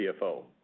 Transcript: CFO